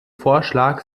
vorschlag